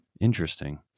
interesting